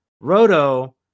Roto